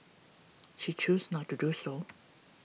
she chose not to do so